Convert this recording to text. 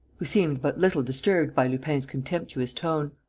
who seemed but little disturbed by lupin's contemptuous tone.